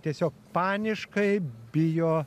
tiesiog paniškai bijo